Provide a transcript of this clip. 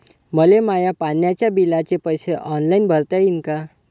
मले माया पाण्याच्या बिलाचे पैसे ऑनलाईन भरता येईन का?